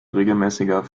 regelmäßiger